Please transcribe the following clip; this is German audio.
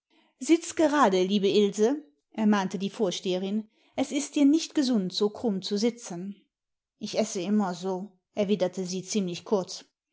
sitze gerade liebe ilse ermahnte die vorsteherin es ist dir nicht gesund so krumm zu sitzen ich esse immer so erwiderte sie ziemlich kurz